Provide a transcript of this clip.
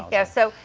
yeah, so,